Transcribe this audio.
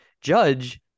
judge